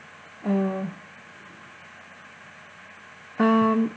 uh um